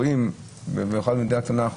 במיוחד במדינה קטנה,